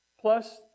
Plus